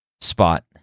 spot